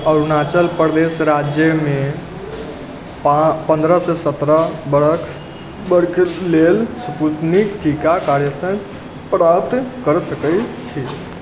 अरुणाचल प्रदेश राज्यमे पन्द्रह से सतरह बरख बरख लेल स्पूतनिक टीका कतयसँ प्राप्त कर सकैत छी